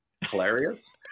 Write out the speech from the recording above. hilarious